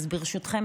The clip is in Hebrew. אז ברשותכם,